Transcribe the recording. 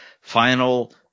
final